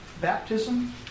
baptism